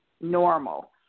normal